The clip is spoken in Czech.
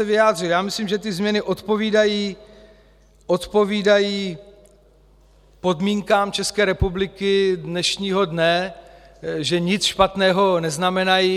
Já myslím, že ty změny odpovídají podmínkám České republiky dnešního dne, že nic špatného neznamenají.